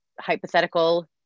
hypothetical